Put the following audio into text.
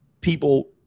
people